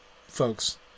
folks